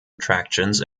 attractions